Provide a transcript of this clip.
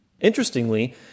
Interestingly